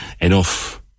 enough